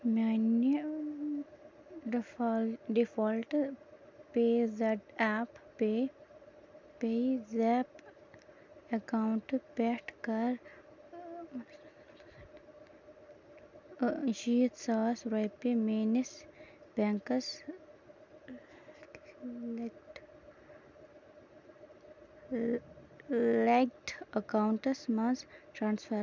میٛانہِ ڈِفال default pay zed app pay pay zap account پٮ۪ٹھ کَر شیٖتھ ساس رۄپیہِ میٛٲنِس بٮ۪نٛکَس لٮ۪کٕڈ اَکاوُنٛٹَس منٛز ٹرٛانسفر